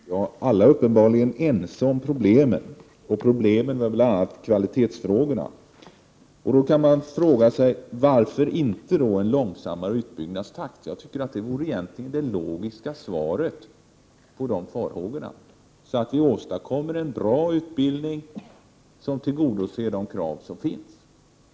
Herr talman! Alla är uppenbarligen ense om problemen. Dessa har bl.a. att göra med kvalitetsfrågorna. Då kan man fråga sig: Varför inte ha en långsammare utbyggnadstakt? Det vore egentligen det logiska sättet att möta dessa farhågor. På så vis skulle vi åstadkomma en bra utbildning som tillgodoser de krav som finns.